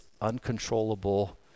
uncontrollable